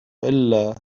إلا